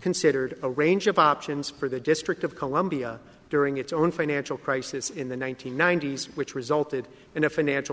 considered a range of options for the district of columbia during its own financial crisis in the one nine hundred ninety s which resulted in a financial